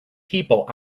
people